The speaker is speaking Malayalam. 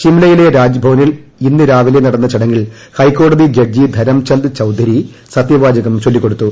ഷിംലയിലെ രാജ്ഭവനിൽ ഇന്ന് രാവിലെ നടന്ന ചടങ്ങിൽ ഹൈക്കോടതി ജഡ്ജി ധരംചന്ദ് ചൌധരി സത്യവാചകം ചൊല്ലിക്കൊടുത്തു